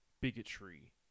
bigotry